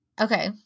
Okay